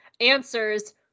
answers